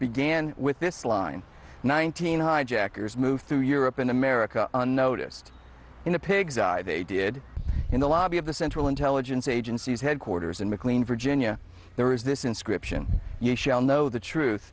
began with this line nineteen hijackers moved through europe and america unnoticed in the pigs they did in the lobby of the central intelligence agency's headquarters in mclean virginia there is this inscription you shall know the truth